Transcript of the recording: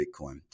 Bitcoin